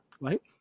Right